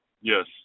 Yes